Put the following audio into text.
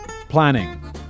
Planning